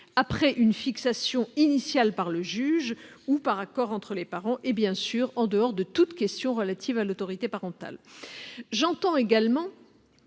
après une fixation initiale par le juge ou par accord entre les parents, en dehors de toute question relative à l'autorité parentale. J'entends également